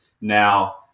now